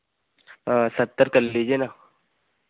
सत्तर कर लीजिए ना